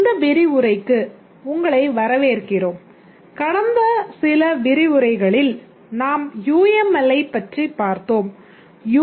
இந்த விரிவுரைக்கு உங்களை வரவேற்கிறோம் கடந்த சில விரிவுரைகளில் நாம் யு